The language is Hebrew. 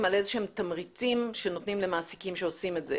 על איזה שהם תמריצים שנותנים למעסיקים שעושים את זה,